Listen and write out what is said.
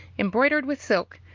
embroidered with silk,